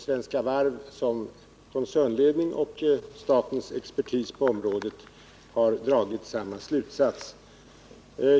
Svenska Varv, som koncernledning och statens expertis på området, har dragit samma slutsats.